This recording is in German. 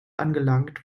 angelangt